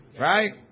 Right